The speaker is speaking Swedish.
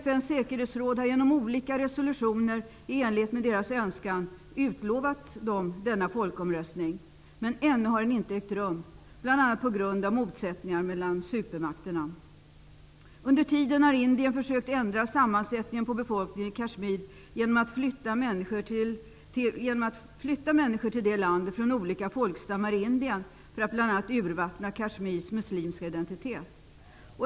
FN:s säkerhetsråd har genom olika resolutioner i enlighet med deras önskan lovat dem denna folkomröstning. Men ännu har den inte ägt rum, bl.a. beroende på motsättningar mellan supermakterna. Under tiden har Indien försökt ändra befolkningens sammansättning i Kashmir genom att flytta människor till Kashmir från olika folkstammar i Indien, bl.a. i syfte att urvattna Kashmirs muslimska identitet.